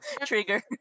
Trigger